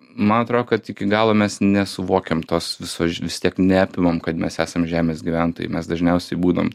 man atrodo kad iki galo mes nesuvokiam tos visos vis tiek neapimam kad mes esam žemės gyventojai mes dažniausiai būnam